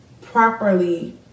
properly